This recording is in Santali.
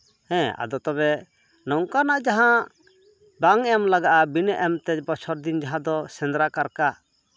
ᱦᱮᱸ ᱟᱫᱚ ᱛᱚᱵᱮ ᱱᱚᱝᱠᱟᱱᱟᱜ ᱡᱟᱦᱟᱸ ᱵᱟᱝ ᱮᱢ ᱞᱟᱜᱟᱜᱼᱟ ᱵᱤᱱᱟᱹ ᱮᱢᱛᱮ ᱵᱚᱪᱷᱚᱨ ᱫᱤᱱ ᱡᱟᱦᱟᱸ ᱫᱚ ᱥᱮᱸᱫᱽᱨᱟ ᱠᱟᱨᱠᱟ